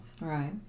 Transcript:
right